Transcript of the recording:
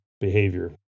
behavior